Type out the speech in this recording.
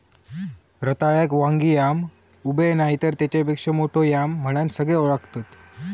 रताळ्याक वांगी याम, उबे नायतर तेच्यापेक्षा मोठो याम म्हणान सगळे ओळखतत